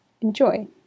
enjoy